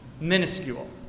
minuscule